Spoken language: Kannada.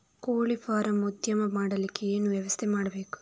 ಕೋಳಿ ಫಾರಂ ಉದ್ಯಮ ಮಾಡಲಿಕ್ಕೆ ಏನು ವ್ಯವಸ್ಥೆ ಮಾಡಬೇಕು?